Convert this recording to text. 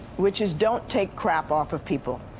which is don't take crap off of people.